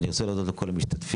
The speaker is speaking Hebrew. אני רוצה להודות לכל המשתתפים.